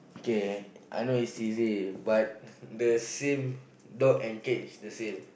K I know is easy but the same dog and cat is the same